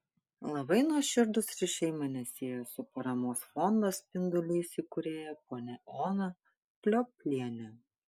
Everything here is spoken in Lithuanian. labai nuoširdūs ryšiai mane sieja su paramos fondo spindulys įkūrėja ponia ona pliopliene